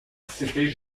c’était